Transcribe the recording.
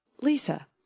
Lisa